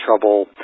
trouble